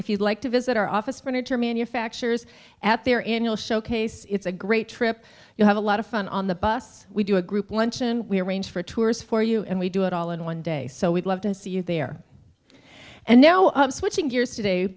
if you'd like to visit our office furniture manufacturers at their in your showcase it's a great trip you have a lot of fun on the bus we do a group luncheon we arrange for tours for you and we do it all in one day so we'd love to see you there and now switching gears